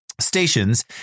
stations